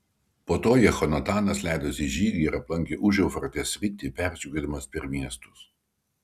po to jehonatanas leidosi į žygį ir aplankė užeufratės sritį peržygiuodamas per miestus